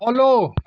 follow